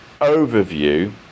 overview